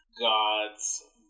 gods